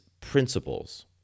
principles